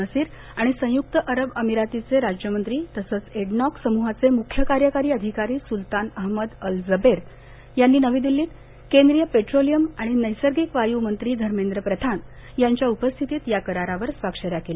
नसीर आणि संयुक्त अरब अमिरातीचे राज्यमंत्री तसच एडनोंक समूहाचे मुख्य कार्यकारी अधिकारी सुल्तान अहमद अल जबेर यांनी नवी दिल्लीत केंद्रीय पेट्रोलियम आणि नैसर्गिक वायूमंत्री धर्मेंद्र प्रधान यांच्या उपस्थितीत या करारावर स्वाक्षऱ्या केल्या